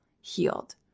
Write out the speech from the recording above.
healed